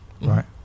Right